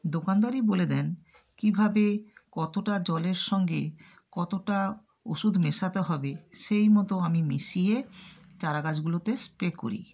দোকানদারই বলে দেন কীভাবে কতটা জলের সঙ্গে কতটা ওষুধ মেশাতে হবে সেই মতো আমি মিশিয়ে চারাগাছগুলোতে স্প্রে করি